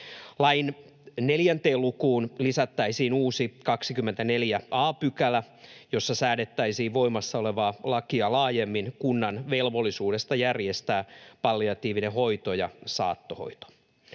Lain 4 lukuun lisättäisiin uusi 24 a §, jossa säädettäisiin voimassa olevaa lakia laajemmin kunnan velvollisuudesta järjestää palliatiivinen hoito ja saattohoito.